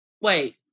Wait